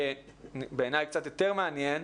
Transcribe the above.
בעיניי קצת יותר מעניין,